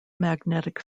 magnetic